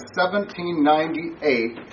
1798